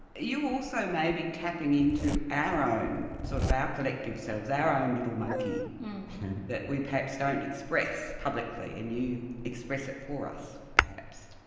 you also may be tapping in to our own sort of ah collective selves, our own little monkey that we perhaps don't express publicly and you express it for us perhaps.